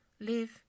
Live